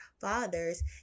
fathers